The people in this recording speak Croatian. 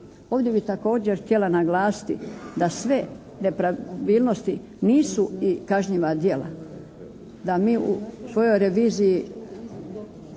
Ovdje bih također htjela naglasiti da sve nepravilnosti nisu i kažnjiva djela, da mi u svojoj reviziji